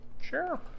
sure